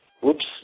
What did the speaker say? whoops